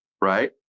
Right